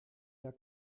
der